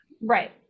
Right